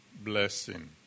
blessing